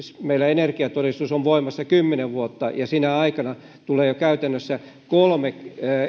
meillä energiatodistus on voimassa kymmenen vuotta ja sinä aikana tulee jo käytännössä kolme